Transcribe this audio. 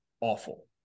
Awful